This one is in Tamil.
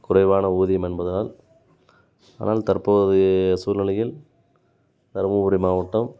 குறைவான ஊதியம் என்பதனால் அதனால் தற்போதைய சூழ்நிலையில் தர்மபுரி மாவட்டம்